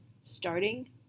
starting